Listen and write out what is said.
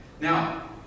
Now